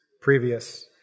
previous